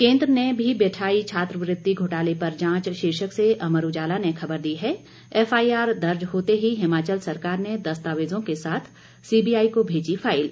केंद्र ने भी बैठाई छात्रवृति घोटाले पर जांच शीर्षक से अमर उजाला ने खबर दी है एफआईआर दर्ज होते ही हिमाचल सरकार ने दस्तावेजों के साथ सीबीआई को भेजी फाईल